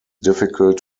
difficult